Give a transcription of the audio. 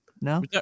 No